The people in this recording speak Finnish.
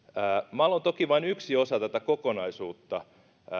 mal on toki vain yksi osa tätä kokonaisuutta